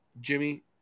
Jimmy